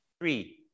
three